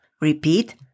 Repeat